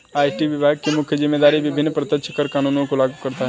IT विभाग की मुख्य जिम्मेदारी विभिन्न प्रत्यक्ष कर कानूनों को लागू करता है